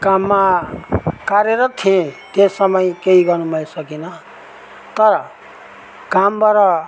काममा कार्यरत थिएँ त्यस समय केही गर्नु मैले सकिनँ तर कामबाट